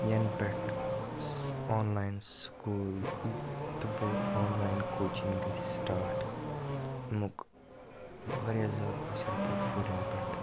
یَنہٕ پٮ۪ٹھ online school تہٕ بیٚیہِ آن لایِن کوچِنٛگ گٔے سٹاٹ اَمیُک واریاہ زیادٕ اَثر پیوٚو شُرٮ۪ن پٮ۪ٹھ